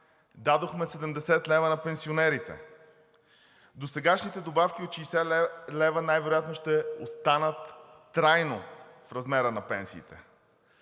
Дадохме 70 лв. на пенсионерите. Досегашните добавки от 60 лв. най-вероятно ще останат трайно в размера на пенсиите.